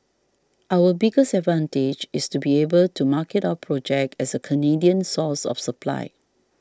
our biggest advantage is to be able to market our project as a Canadian source of supply